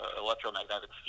electromagnetic